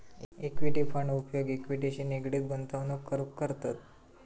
equity fund उपयोग इक्विटीशी निगडीत गुंतवणूक करूक करतत